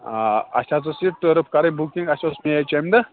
آ اَسہِ حظ ٲسۍ یہِ ٹرٕف کَرٕنۍ بُکِنگ اَسہِ اوس پیچ أمۍ دۄہ